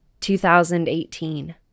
2018